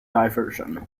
diversion